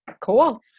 cool